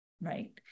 right